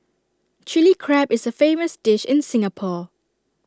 Chilli Crab is A famous dish in Singapore